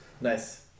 Nice